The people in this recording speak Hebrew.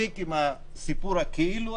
מספיק עם סיפור הכאילו הזה,